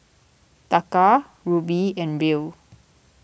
Taka Rupee and Riel